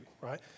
right